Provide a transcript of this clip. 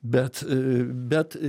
bet bet